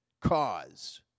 cause